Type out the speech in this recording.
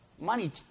money